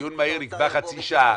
דיון מהיר נקבע לחצי שעה.